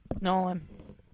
Nolan